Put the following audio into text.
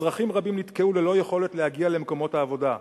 אזרחים רבים נתקעו ללא יכולת להגיע למקומות העבודה.